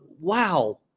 Wow